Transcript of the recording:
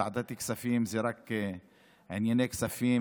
ועדת הכספים זה רק ענייני כספים,